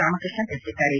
ರಾಮಕೃಷ್ಣ ತಿಳಿಸಿದ್ದಾರೆ